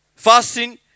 Fasting